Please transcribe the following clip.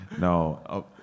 No